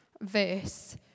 verse